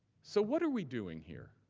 so, what are we doing here?